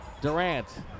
Durant